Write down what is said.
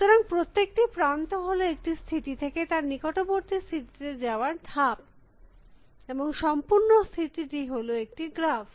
সুতরাং প্রত্যেকটি প্রান্ত হল একটি স্থিতি থেকে তার নিকটবর্তী স্থিতি তে যাওয়ার ধাপ এবং সম্পূর্ণ স্থিতিটি হল একটি গ্রাফ